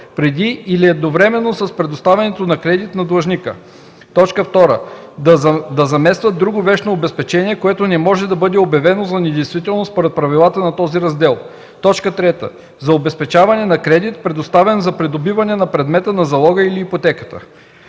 преди или едновременно с предоставянето на кредит на длъжника; 2. да заместват друго вещно обезпечение, което не може да бъде обявено за недействително според правилата на този раздел; 3. за обезпечаване на кредит, предоставен за придобиване на предмета на залога или ипотеката.